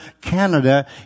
Canada